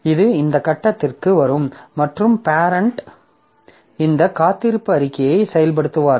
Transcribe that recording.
இது இந்த கட்டத்திற்கு வரும் மற்றும் பேரெண்ட் இந்த காத்திருப்பு அறிக்கையை செயல்படுத்துவார்கள்